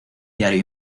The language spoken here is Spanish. diario